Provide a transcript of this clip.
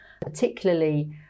particularly